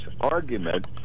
argument